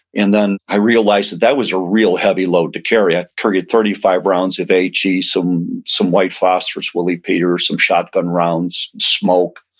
and i realized that that was a real heavy load to carry. i carried thirty five rounds of ag, some some white phosphorous, wooly peter, some shotgun rounds, smoke.